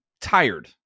tired